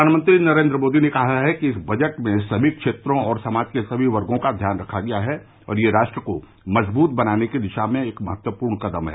प्रधानमंत्री नरेंद्र मोदी ने कहा है कि इस बजट में सभी क्षेत्रों और समाज के सभी वर्गों का ध्यान रखा गया है और यह राष्ट्र को मजबूत बनाने की दिशा में एक महत्वपूर्ण कदम है